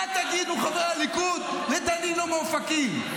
מה תגידו, חברי הליכוד, לדנינו מאופקים?